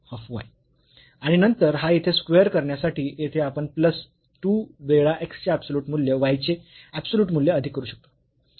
आणि नंतर हा येथे स्क्वेअर करण्यासाठी येथे आपण प्लस 2 वेळा x चे ऍबसोल्युट मूल्य y चे ऍबसोल्युट मूल्य अधिक करू शकतो